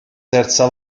terza